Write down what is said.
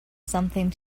something